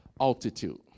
Altitude